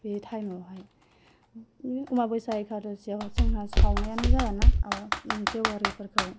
बे टाइमावहाय अमाबस्याखालि जोंहा सावनायानो जाया ना जेवारिफोरखौ